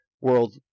World